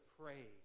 pray